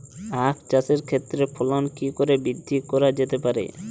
আক চাষের ক্ষেত্রে ফলন কি করে বৃদ্ধি করা যেতে পারে?